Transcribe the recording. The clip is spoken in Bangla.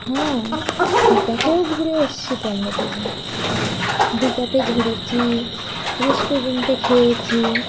হ্যাঁ দীঘাতেও ঘুরে এসেছি তো আমরা দুজন দীঘাতে ঘুরেছি রেস্টুরেন্টে খেয়েছি